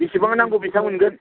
बेसां नांगौ बेसां मोनगोन